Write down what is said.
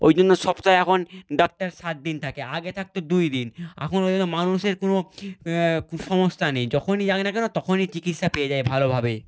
ওই জন্য সপ্তাহে এখন ডাক্তার সাত দিন থাকে আগে থাকতো দুই দিন আখন ওই জন্য মানুষের কোনো কুসংস্থা নেই যখনই যাক না কেন তখনই চিকিৎসা পেয়ে যাবে ভালোভাবে